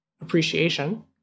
appreciation